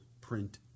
print